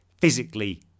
physically